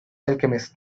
alchemist